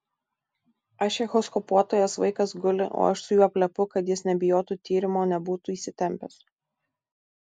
aš echoskopuotojas vaikas guli o aš su juo plepu kad jis nebijotų tyrimo nebūtų įsitempęs